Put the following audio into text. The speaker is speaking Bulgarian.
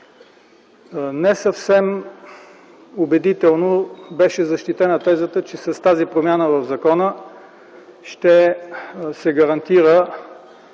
Не съвсем убедително беше защитена тезата, че с тази промяна в закона ще се гарантира